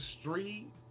street